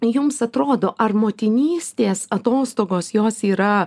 jums atrodo ar motinystės atostogos jos yra